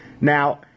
Now